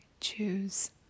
choose